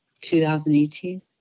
2018